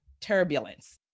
turbulence